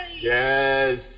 Yes